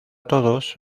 todos